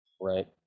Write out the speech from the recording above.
right